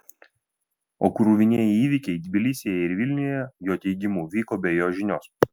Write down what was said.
o kruvinieji įvykiai tbilisyje ir vilniuje jo teigimu vyko be jo žinios